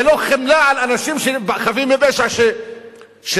ללא חמלה על אנשים חפים מפשע שנפגעים.